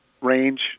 range